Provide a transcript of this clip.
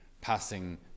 passing